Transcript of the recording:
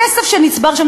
הכסף שנצבר שם,